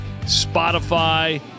Spotify